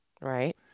Right